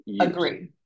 Agree